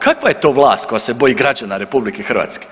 Kakva je to vlast koja se boji građana RH?